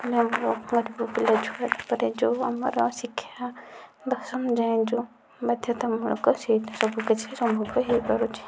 ପିଲାଙ୍କ ଗରିବ ପିଲା ଛୁଆ କିପରି ଯେଉଁ ଆମର ଶିକ୍ଷା ଦଶମ ଯାଏଁ ଯେଉଁ ବାଧ୍ୟତାମୂଳକ ସେହି ସବୁକିଛି ସମ୍ଭବ ହୋଇପାରୁଛି